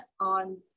on